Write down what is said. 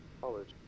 college